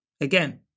Again